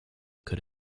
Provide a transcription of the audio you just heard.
could